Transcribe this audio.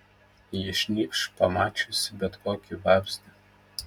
ji šnypš pamačiusi bet kokį vabzdį